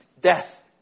Death